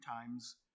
times